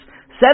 seven